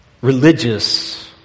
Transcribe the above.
religious